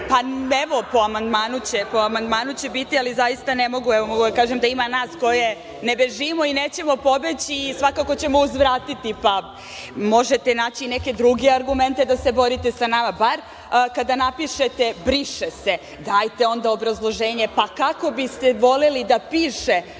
Evo, po amandmanu će biti, ali moram da kažem da ima nas koje zaista ne bežimo i nećemo pobeći i svakako ćemo uzvratiti, pa možete naći neke druge argumente da se borite sa nama, bar kada napišete „briše se“. Dajte onda obrazloženje, pa kako biste voleli da piše